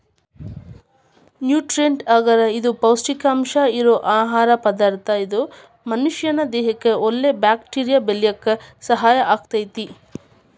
nutrient ಅಗರ್ ಇದು ಪೌಷ್ಟಿಕಾಂಶ ಇರೋ ಆಹಾರ ಪದಾರ್ಥ ಇದು ಮನಷ್ಯಾನ ದೇಹಕ್ಕಒಳ್ಳೆ ಬ್ಯಾಕ್ಟೇರಿಯಾ ಬೆಳ್ಯಾಕ ಸಹಾಯ ಆಗ್ತೇತಿ